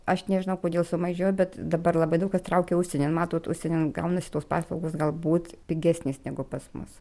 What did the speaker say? aš nežinau kodėl sumažėjo bet dabar labai daug kas traukia užsienin matot užsienin gaunasi tos paslaugos galbūt pigesnės negu pas mus